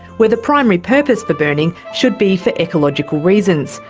where the primary purpose for burning should be for ecological reasons,